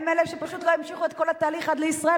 הם אלה שפשוט לא המשיכו את כל התהליך עד לישראל,